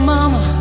Mama